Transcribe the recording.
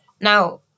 Now